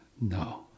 No